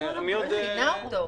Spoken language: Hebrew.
אני מכינה אותו.